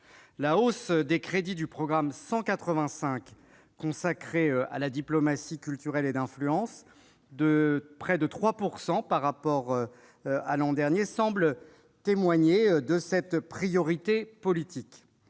La hausse des crédits du programme 185, « Diplomatie culturelle et d'influence », de près de 3 % par rapport à l'an dernier, semble témoigner de cette priorité politique.